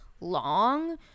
long